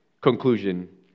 conclusion